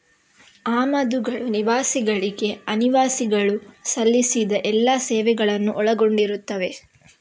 ಆಮದುಗಳು ನಿವಾಸಿಗಳಿಗೆ ಅನಿವಾಸಿಗಳು ಸಲ್ಲಿಸಿದ ಎಲ್ಲಾ ಸೇವೆಗಳನ್ನು ಒಳಗೊಂಡಿರುತ್ತವೆ